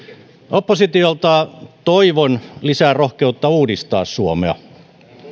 oppositiolta toivon lisää rohkeutta uudistaa suomea